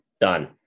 Done